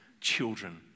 children